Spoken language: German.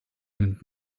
mit